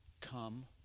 come